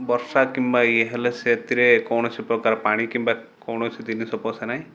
ବର୍ଷା କିମ୍ବା ଇଏ ହେଲେ ସେଥିରେ କୌଣସି ପ୍ରକାର ପାଣି କିମ୍ବା କୌଣସି ଜିନିଷ ପଶେ ନାହିଁ